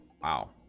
Wow